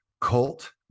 cult